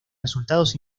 resultados